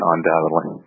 Undoubtedly